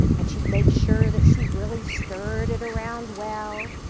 and she'd make sure that she really stirred it around well.